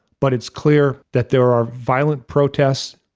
but it's clear that there are violent protests.